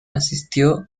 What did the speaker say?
asistió